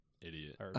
Idiot